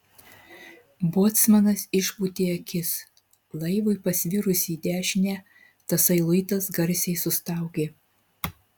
bocmanas išpūtė akis laivui pasvirus į dešinę tasai luitas garsiai sustaugė